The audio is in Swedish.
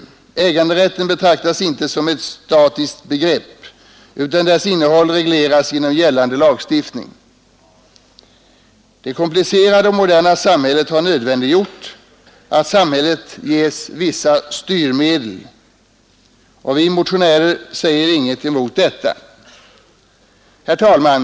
Äganderätten betraktas inte som ett statiskt begrepp, utan dess innehåll regleras genom gällande lagstiftning. Det komplicerade och moderna samhället har nödvändiggjort att samhället ges vissa styrmedel, och vi motionärer invänder inte härvidlag. Herr talman!